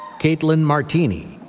katelyn martini.